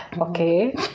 Okay